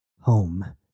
Home